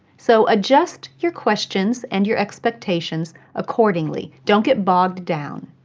so adjust your questions and your expectations accordingly. don't get bogged down.